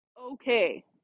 okay